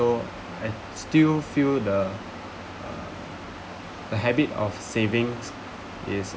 so I still feel the uh the habit of savings is